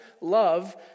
love